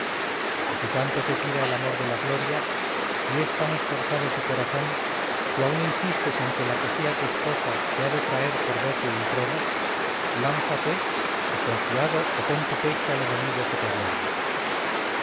o si tanto te tira el amor de la gloria si es tan esforzado tu corazón si aun insistes en que la que sea tu esposa te ha de traer por dote un trono lánzate y confiado opón tu pecho al enemigo que te aguarda